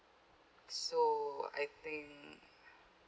so I think